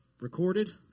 recorded